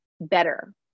better